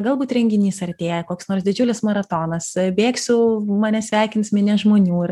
galbūt renginys artėja koks nors didžiulis maratonas bėgsiu mane sveikins minia žmonių ir